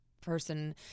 person